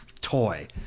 toy